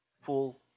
full